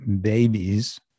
babies